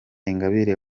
ingabire